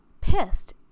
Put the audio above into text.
pissed